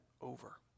over